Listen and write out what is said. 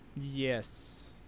Yes